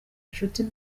inshuti